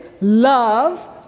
love